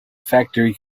factory